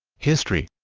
history